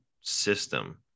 system